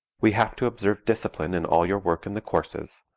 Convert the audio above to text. we have to observe discipline in all your work in the courses,